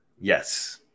Yes